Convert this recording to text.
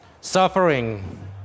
Suffering